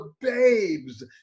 babes